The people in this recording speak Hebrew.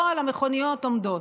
כל המכוניות עומדות.